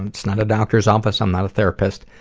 and it's not a doctor's office, i'm not a therapist,